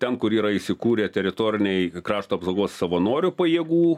ten kur yra įsikūrę teritoriniai krašto apsaugos savanorių pajėgų